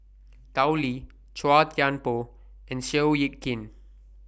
Tao Li Chua Thian Poh and Seow Yit Kin